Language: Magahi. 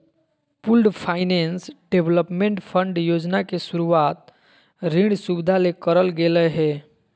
पूल्ड फाइनेंस डेवलपमेंट फंड योजना के शुरूवात ऋण सुविधा ले करल गेलय हें